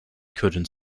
couldn’t